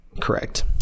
Correct